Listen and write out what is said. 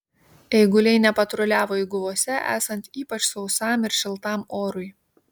eiguliai nepatruliavo eiguvose esant ypač sausam ir šiltam orui